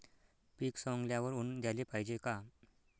पीक सवंगल्यावर ऊन द्याले पायजे का?